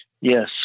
Yes